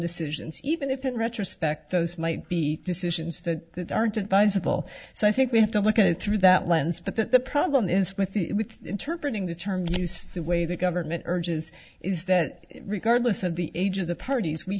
decisions even if in retrospect those might be decisions that aren't advisable so i think we have to look at it through that lens but the problem is with the we interpret in the term the way the government urges is that regardless of the age of the parties we